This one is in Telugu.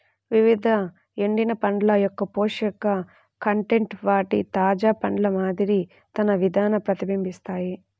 వివిధ ఎండిన పండ్ల యొక్కపోషక కంటెంట్ వాటి తాజా పండ్ల మాదిరి తన విధాన ప్రతిబింబిస్తాయి